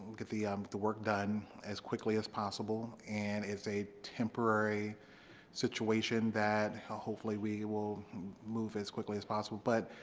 look at the um the work done as quickly as possible, and it's a temporary situation that hopefully we will move as quickly as possible. but,